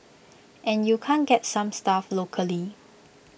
and you can't get some stuff locally